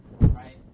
right